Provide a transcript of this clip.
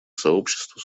сообщества